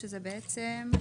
ברקת.